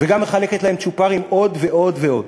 וגם מחלקת להם צ'ופרים, עוד ועוד ועוד.